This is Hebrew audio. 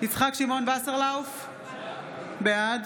יצחק שמעון וסרלאוף, בעד